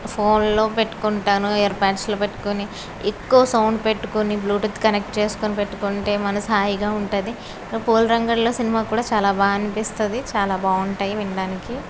phone లో పెట్టుకుంటాను ear part లో పెట్టుకొని ఎక్కువ సౌండ్ పెట్టుకొని బ్లూటూత్ కనెక్ట్ చేసుకొని పెట్టుకుంటే మనసు హాయిగా ఉంటుంది నువ్వు పూలరంగడులో సినిమా కూడా చాలా బాగా అనిపిస్తుంది చాలా బాగుంటాయి వినడానికి